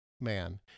man